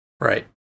Right